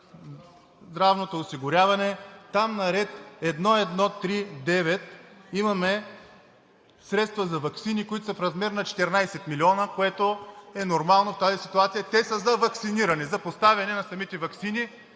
здравното осигуряване – там на ред 1.1.3.9 имаме средства за ваксини (реплики от ДПС), които са в размер на 14 милиона, което е нормално в тази ситуация – те са за ваксиниране, за поставяне на самите ваксини.